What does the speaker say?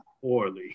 poorly